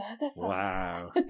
Wow